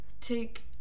take